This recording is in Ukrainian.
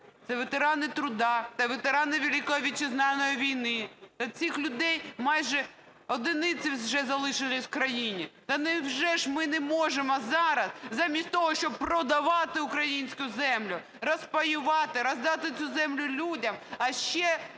це ветерани труда та ветерани Великої Вітчизняної війни. Та цих людей майже одиниці вже залишилися в країні. Та невже ж ми не можемо зараз замість того, щоб продавати українську землю, розпаювати, роздати цю землю людям, а ще